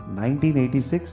1986